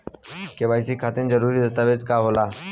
KYC खातिर जरूरी दस्तावेज का का होला?